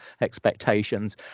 expectations